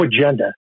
agenda